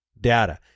data